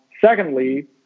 Secondly